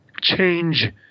change